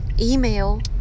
email